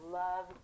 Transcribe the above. love